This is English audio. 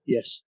Yes